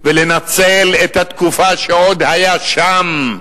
ולנצל את התקופה שעוד היה שם,